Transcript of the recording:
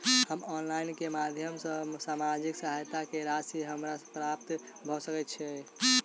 हम ऑनलाइन केँ माध्यम सँ सामाजिक सहायता केँ राशि हमरा प्राप्त भऽ सकै छै?